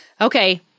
Okay